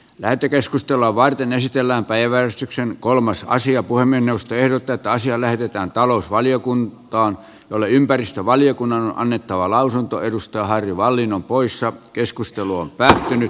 lähetekeskustelua varten esitellään päivän syksyn kolmas asia voi mennä veroteta asia lähetetään talousvaliokuntaan jolle ympäristövaliokunnan annettava lausunto edustaja harry wallin on poissa keskustelu on päättynyt